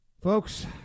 Folks